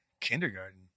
kindergarten